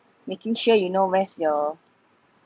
making sure you know where's your